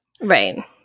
Right